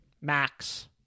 Max